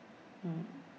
mm